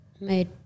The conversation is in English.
made